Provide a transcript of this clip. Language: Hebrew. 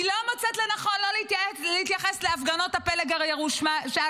היא לא מוצאת לנכון להתייחס לא להפגנות הפלג הירושלמי,